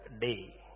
day